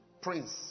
Prince